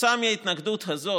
וכתוצאה מההתנגדות הזאת,